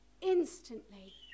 Instantly